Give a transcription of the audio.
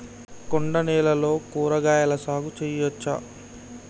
కొండ నేలల్లో కూరగాయల సాగు చేయచ్చా?